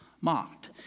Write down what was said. Mocked